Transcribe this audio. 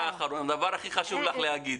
הדבר שהכי חשוב לך להגיד.